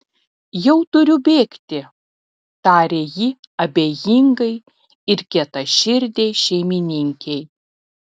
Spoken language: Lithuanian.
jau turiu bėgti tarė ji abejingai ir kietaširdei šeimininkei